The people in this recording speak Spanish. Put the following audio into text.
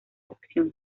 opción